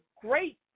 great